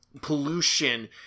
pollution